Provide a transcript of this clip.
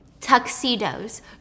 Tuxedos